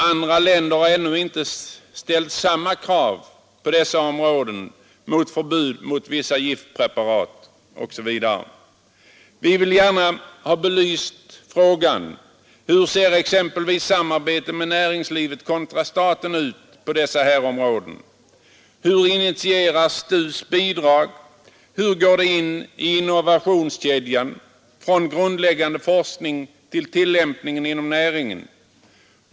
Andra länder har ännu inte ställt samma krav när det gäller t.ex. förbud mot vissa giftpreparat. Vi vill gärna ha belyst frågan hur exempelvis samarbetet med näringslivet kontra staten ser ut på dessa områden. Hur initieras STU:s bidrag? Hur går de in i innovationskedjan från grundläggande forskning till tillämpning inom näringen?